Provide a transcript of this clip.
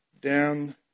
down